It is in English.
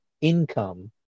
income